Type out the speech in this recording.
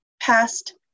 past